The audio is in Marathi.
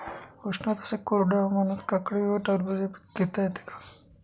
उष्ण तसेच कोरड्या हवामानात काकडी व टरबूज हे पीक घेता येते का?